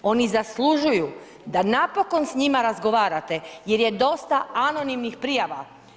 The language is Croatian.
Oni zaslužuju da napokon s njima razgovarate jer je dosta anonimnih prijava.